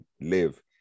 live